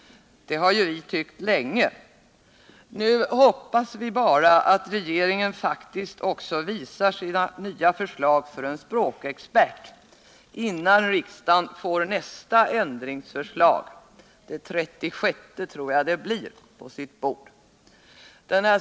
Det har ju vi tyckt länge. Nu hoppas vi bara att regeringen faktiskt också visar sina förslag för en språkexpert, innan riksdagen får nästa ändringsförslag — det 36:e tror jag det blir— på sitt bord.